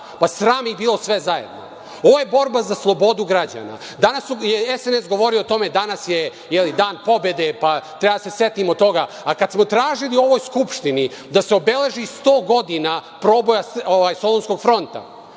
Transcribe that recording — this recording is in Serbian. Pa, sram ih bilo sve zajedno. Ovo je borba za slobodu građana. Danas je SNS govorio o tome – danas je dan pobede, pa treba da se setimo toga. A kada smo tražili u ovoj Skupštini da se obeleži 100 godina proboja Solunskog fronta,